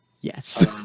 yes